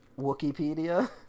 Wikipedia